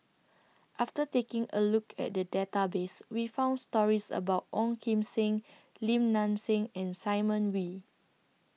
after taking A Look At The Database We found stories about Ong Kim Seng Lim Nang Seng and Simon Wee